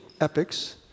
epics